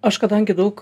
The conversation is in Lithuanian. aš kadangi daug